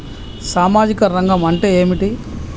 సామాజిక రంగం అంటే ఏమిటి?